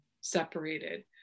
separated